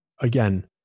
Again